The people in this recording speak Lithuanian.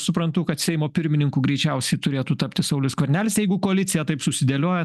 suprantu kad seimo pirmininku greičiausiai turėtų tapti saulius skvernelis jeigu koalicija taip susidėlioja